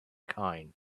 kine